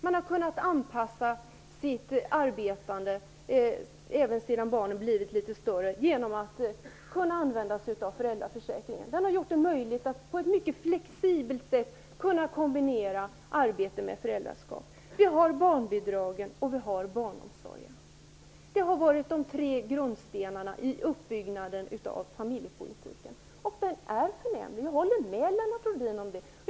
Man har kunnat anpassa sitt arbetande, även när barnen blivit litet större, genom att använda föräldraförsäkringen. Det har gjort det möjligt att på ett mycket flexibelt sätt kombinera arbete med föräldraskap. De två andra är barnbidragen och barnomsorgen. Det har varit de tre grundstenarna i uppbyggnaden av familjepolitiken. Den är förnämlig. Jag håller med Lennart Rohdin.